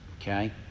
Okay